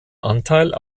anteil